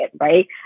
right